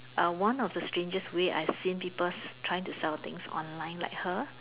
uh one of the strangest way I have seen people trying to sell things online like her